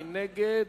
מי נגד?